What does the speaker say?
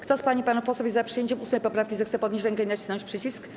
Kto z pań i panów posłów jest za przyjęciem 8. poprawki, zechce podnieść rękę i nacisnąć przycisk.